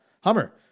Hummer